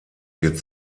wird